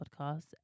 podcast